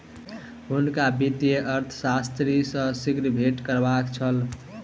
हुनका वित्तीय अर्थशास्त्री सॅ शीघ्र भेंट करबाक छल